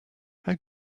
how